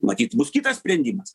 matyt bus kitas sprendimas